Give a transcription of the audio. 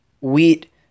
wheat